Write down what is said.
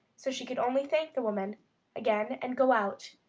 so she could only thank the woman again and go out.